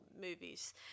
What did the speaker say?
movies